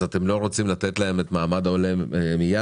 אתם לא רוצים לתת להם את מעמד העולה מייד,